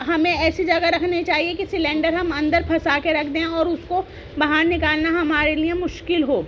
ہمیں ایسی جگہ رکھنا چاہیے کہ سلینڈر ہم اندر پھنسا کے رکھ دیں اور اس کو باہر نکالنا ہمارے لیے مشکل ہو